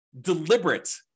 deliberate